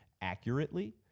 accurately